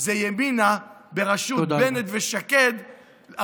זה ימינה בראשות בנט ושקד,